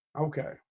Okay